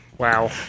Wow